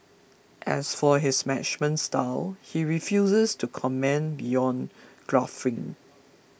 as for his management style he refuses to comment beyond guffawing